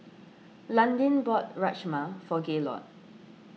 Landin bought Rajma for Gaylord